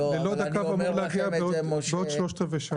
בלוד הקו אמור להגיע בעוד 45 דקות.